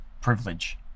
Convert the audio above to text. privilege